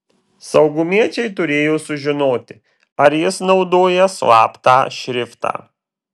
saugumiečiai turėjo sužinoti ar jis naudoja slaptą šriftą